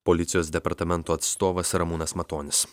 policijos departamento atstovas ramūnas matonis